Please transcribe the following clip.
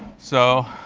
so